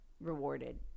rewarded